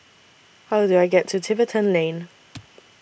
How Do I get to Tiverton Lane